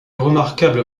remarquable